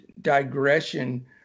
digression